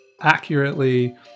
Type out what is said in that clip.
accurately